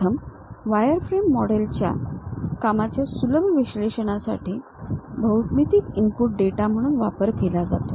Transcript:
प्रथम wireframe model चा कामाच्या सुलभ विश्लेषणासाठी भौमितिक इनपुट डेटा म्हणून वापर केला जातो